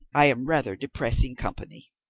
i am rather depressing company.